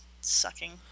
sucking